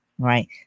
Right